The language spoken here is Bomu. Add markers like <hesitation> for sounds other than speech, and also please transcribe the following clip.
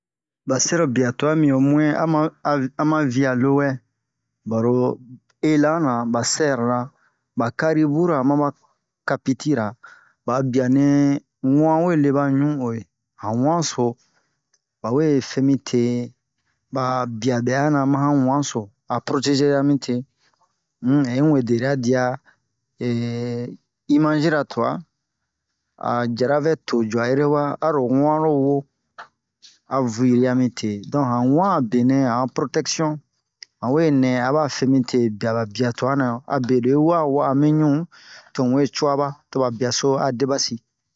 ba sɛrobia tu'a mi ho mu'in a ma a vi a ma via lowɛ baro elana ba sɛrira ba karibura ma ba kapitira ba'a bianɛ wu'an we le ba ɲu'uwe han wanso bawe femi te ba bia bɛ'a na mahan wanso a protezera mi te um hɛ unwe deri''a dia <hesitation> imazira tu'a a jara vɛ to ju'a ere wa a ro wu'an lo wo a viri'a mi te don han wan a benɛ han a protɛksion han we nɛ a ba femi te bi'a ba bi'a tuwa na a be lo yi wa wa'a mi ɲu to mu we cu'a ba to ba bi'a so a deba si